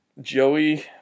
Joey